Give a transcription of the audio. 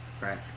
Right